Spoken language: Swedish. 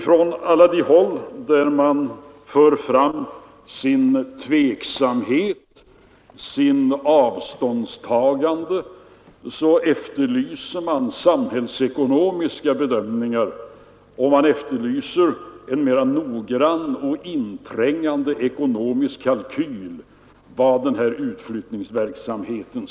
Från alla håll där man för fram sin tveksamhet, sitt avståndstagande, efterlyser man samhällsekonomiska bedömningar och en mera noggrann och inträngande ekonomisk kalkyl över utflyttingsverksamheten.